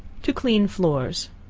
to clean floors.